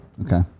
Okay